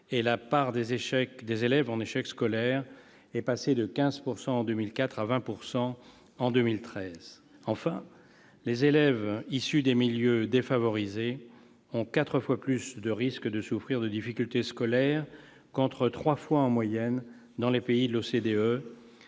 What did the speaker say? celle des élèves en échec scolaire de 15 % en 2004 à 20 % en 2013. Enfin, les élèves issus de milieux défavorisés ont quatre fois plus de risques de souffrir de difficultés scolaires, contre trois fois en moyenne dans les pays de l'OCDE,